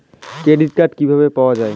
Credit card কিভাবে পাওয়া য়ায়?